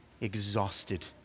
exhausted